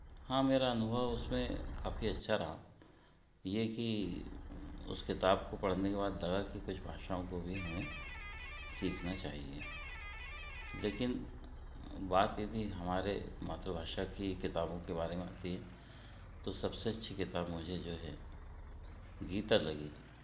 हाँ मेरा अनुभव उसमें काफ़ी अच्छा रहा ये कि उस किताब को पढ़ने के बाद लगा कि कुछ भाषाओं को भी हमें सीखना चाहिए लेकिन बात यदि हमारी मातृभाषा के किताबों के बारे में आती है तो सबसे अच्छी किताब मुझे जो है गीता लगी